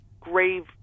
grave